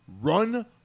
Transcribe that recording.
run